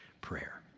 prayer